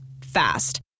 Fast